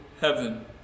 heaven